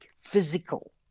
physical